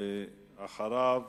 ואחריו